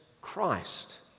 Christ